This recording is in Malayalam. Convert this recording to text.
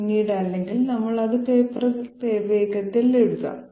പിന്നീട് അല്ലെങ്കിൽ നമുക്ക് അത് പേപ്പറിൽ വേഗത്തിൽ എഴുതാം